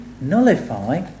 nullify